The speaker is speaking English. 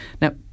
Now